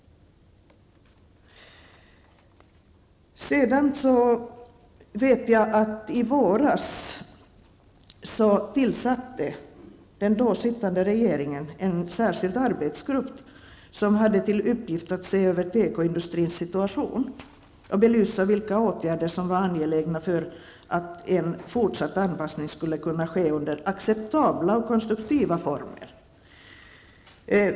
Jag vet att den förra regeringen i våras tillsatte en särskild arbetsgrupp som hade till uppgift att se över tekoindustrins situation och belysa vilka åtgärder som var angelägna för att en fortsatt anpassning skulle kunna ske under acceptabla och konstruktiva former.